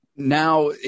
Now